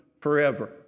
forever